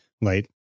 Light